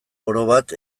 orobat